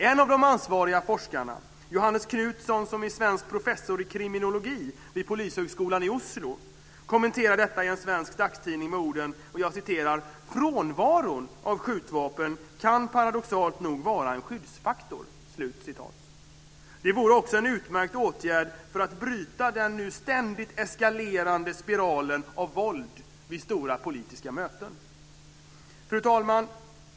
En av de ansvariga forskarna, Johannes Knutsson, som är svensk och professor i kriminologi vid polishögskolan i Oslo, kommenterar detta i en svensk dagstidning med orden: Frånvaron av skjutvapen kan paradoxalt nog vara en skyddsfaktor. Det vore också en utmärkt åtgärd för att bryta den nu ständigt eskalerande spiralen av våld vid stora politiska möten. Fru talman!